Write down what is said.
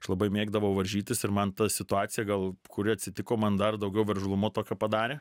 aš labai mėgdavau varžytis ir man ta situacija gal kuri atsitiko man dar daugiau veržlumo tokio padarė